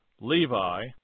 Levi